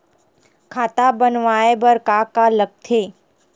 खाता बनवाय बर का का लगथे?